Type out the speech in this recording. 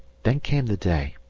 then came the day,